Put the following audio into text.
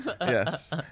Yes